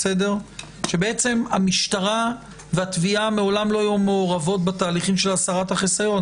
כאשר המשטרה והתביעה מעולם לא היו מעורבות בתהליכים של הסרת החיסיון.